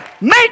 make